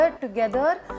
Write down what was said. Together